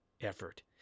effort